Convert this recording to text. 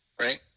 right